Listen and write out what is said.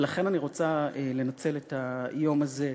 ולכן אני רוצה לנצל את היום הזה,